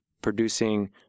producing